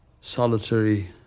solitary